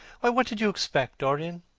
what did you expect, dorian?